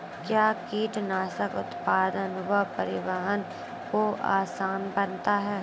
कया कीटनासक उत्पादन व परिवहन को आसान बनता हैं?